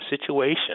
situation